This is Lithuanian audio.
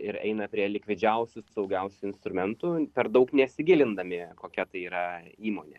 ir eina prie likvidžiausių saugiausių instrumentų per daug nesigilindami kokia tai yra įmonė